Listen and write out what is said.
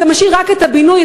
אתה משאיר רק את הבינוי,